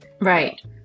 Right